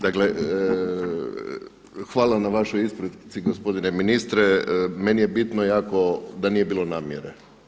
Dakle, hvala vam na vašoj isprici gospodine ministre meni je bitno jako da nije bilo namjere.